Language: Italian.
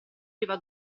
priva